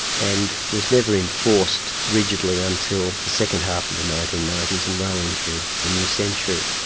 and was never enforced rigidly until the second half of the nineteen ninety s and well into the new century.